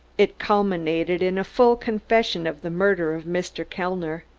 it culminated in a full confession of the murder of mr. kellner.